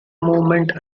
movement